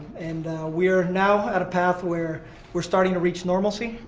and we're now at a path where we're starting to reach normalcy,